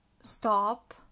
stop